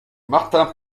martin